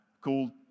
called